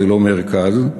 ולא "מרכז"